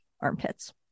armpits